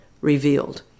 revealed